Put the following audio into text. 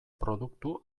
produktu